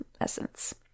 essence